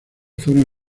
fueron